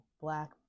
black